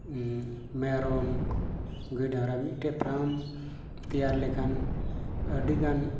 ᱢᱮᱨᱚᱢ ᱜᱟᱹᱭ ᱰᱟᱝᱨᱟ ᱢᱤᱫᱴᱮᱱ ᱯᱷᱨᱟᱢ ᱛᱮᱭᱟᱨ ᱞᱮᱠᱷᱟᱱ ᱟᱹᱰᱤ ᱜᱟᱱ